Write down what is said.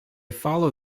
follow